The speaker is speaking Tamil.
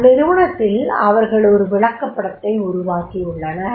இந்நிறுவனத்தில் அவர்கள் ஒரு விளக்கப்படத்தை உருவாக்கியுள்ளனர்